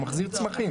הוא מחזיק צמחים,